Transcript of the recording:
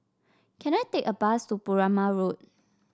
can I take a bus to Perumal Road